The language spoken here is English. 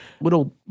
little